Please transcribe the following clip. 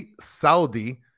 Saudi